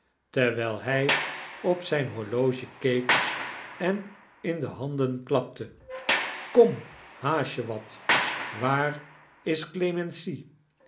terwijl hij op zijn horloge keek esi in te handen klapte kom haast je wat waar is clemency